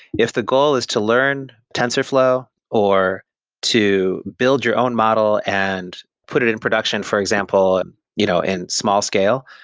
if the goal is to learn tensorflow, or to build your own model and put it in production for example and you know in small scale,